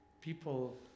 people